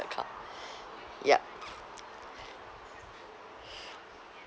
account yup